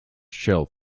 chill